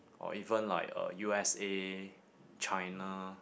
or even like uh U_S_A China